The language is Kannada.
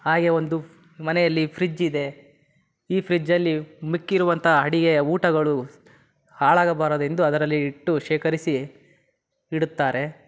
ಹಾಗೇ ಒಂದು ಮನೆಯಲ್ಲಿ ಫ್ರಿಜ್ ಇದೆ ಈ ಫ್ರಿಜ್ಜಲ್ಲಿ ಮಿಕ್ಕಿರುವಂಥ ಅಡಿಗೆ ಊಟಗಳು ಹಾಳಾಗಬಾರದೆಂದು ಅದರಲ್ಲಿ ಇಟ್ಟು ಶೇಖರಿಸಿ ಇಡುತ್ತಾರೆ